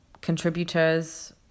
contributors